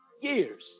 years